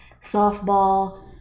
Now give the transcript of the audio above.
softball